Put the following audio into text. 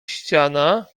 ściana